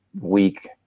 week